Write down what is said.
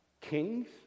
Kings